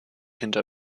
hinter